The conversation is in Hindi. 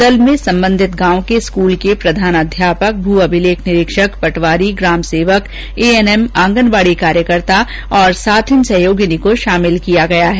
दल में संबंधित गांव के स्कूल के प्रधानाध्यापकप्रधानाचार्य भू अभिलेख निरीक्षक पटवारी ग्राम सेवक एएनएम आंगनबाडी कार्यकर्ता तथा साथिन सहयोगिनी को शामिल किया गया है